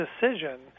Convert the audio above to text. decision